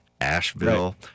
Asheville